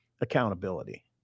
accountability